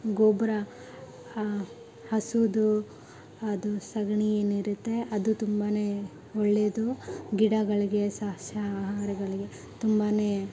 ಗೊಬ್ರ ಹಸುದು ಅದು ಸಗಣಿ ಏನಿರುತ್ತೆ ಅದು ತುಂಬ ಒಳ್ಳೆದು ಗಿಡಗಳಿಗೆ ಸಸ್ಯ ಆಹಾರಗಳಿಗೆ ತುಂಬಾ